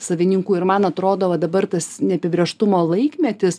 savininkų ir man atrodo va dabar tas neapibrėžtumo laikmetis